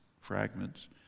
fragments